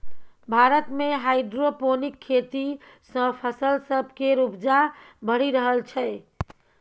भारत मे हाइड्रोपोनिक खेती सँ फसल सब केर उपजा बढ़ि रहल छै